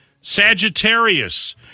Sagittarius